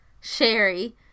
sherry